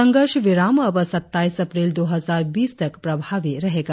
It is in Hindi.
संघर्ष विराम अब सत्ताईस अप्रैल दो हजार बीस तक प्रभावी रहेगा